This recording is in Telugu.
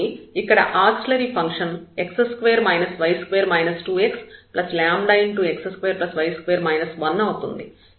కాబట్టి ఇక్కడ auxiliary function x2 y2 2xλx2y2 1 అవుతుంది